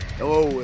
hello